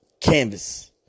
canvas